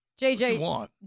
JJ